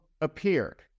appeared